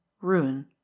ruin